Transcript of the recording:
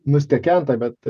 nustekenta bet